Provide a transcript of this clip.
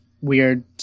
weird